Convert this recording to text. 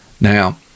Now